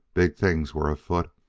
big things were afoot.